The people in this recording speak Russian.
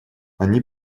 они